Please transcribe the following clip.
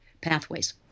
pathways